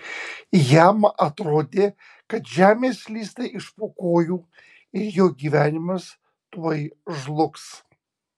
jam atrodė kad žemė slysta iš po kojų ir jo gyvenimas tuoj žlugs